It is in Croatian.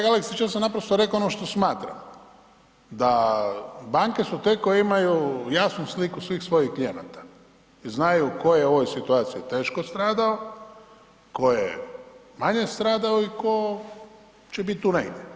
Pa kolega Aleksić, ja sam naprosto rekao ono što smatram, da banke su te koje imaju jasnu sliku svih svojih klijenata i znaju tko je u ovoj situaciji teško stradao, tko je manje stradao i tko će biti tu negdje.